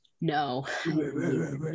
No